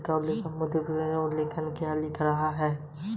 Mukund computational वित्त पर आलेख लिख रहा है